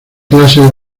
clases